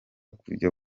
kujya